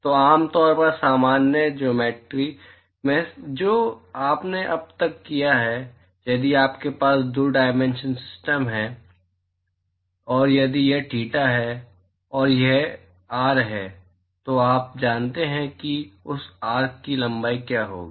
तो आम तौर पर सामान्य ज्योमेट्री में जो आपने अब तक किया है यदि आपके पास 2 डायमेंशनल सिस्टम है और यदि यह थीटा है और यह आर है तो आप जानते हैं कि उस आर्क की लंबाई क्या होगी